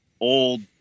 old